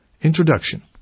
Introduction